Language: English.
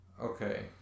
Okay